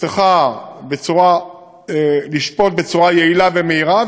שצריכה לשפוט בצורה יעילה ומהירה,